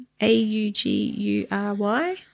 a-u-g-u-r-y